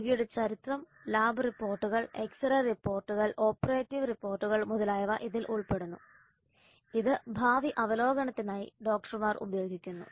രോഗിയുടെ ചരിത്രം ലാബ് റിപ്പോർട്ടുകൾ എക്സ് റേ റിപ്പോർട്ടുകൾ ഓപ്പറേറ്റീവ് റിപ്പോർട്ടുകൾ മുതലായവ ഇതിൽ ഉൾപ്പെടുന്നു ഇത് ഭാവി അവലോകനത്തിനായി ഡോക്ടർമാർ ഉപയോഗിക്കുന്നു